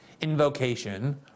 invocation